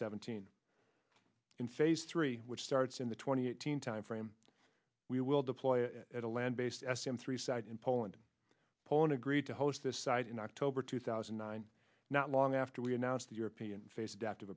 seventeen in phase three which starts in the twenty eighteen timeframe we will deploy at a land based s m three site in poland poland agreed to host this site in october two thousand and nine not long after we announced the european face adaptive